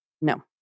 No